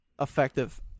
effective